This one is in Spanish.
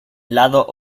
lado